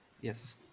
yes